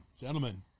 gentlemen